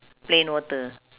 plain water